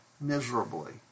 miserably